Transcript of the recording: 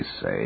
say